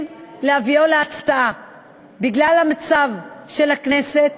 להביאו להצבעה בגלל המצב של הכנסת